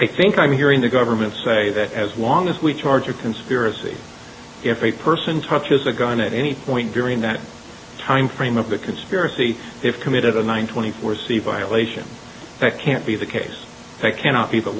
i think i'm hearing the government say that as long as we charge a conspiracy if a person touches the gun at any point during that time frame of the conspiracy if committed a nine twenty four c violation that can't be the case they cannot be th